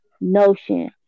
notion